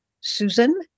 Susan